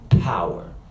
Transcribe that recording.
power